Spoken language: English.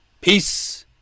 Peace